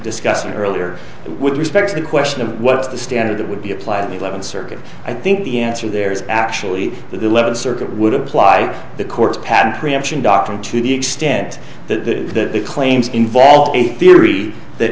discussing earlier with respect to the question of what's the standard that would be applying eleventh circuit i think the answer there is actually the eleventh circuit would apply the court's patent preemption doctrine to the extent that the claims involve a theory that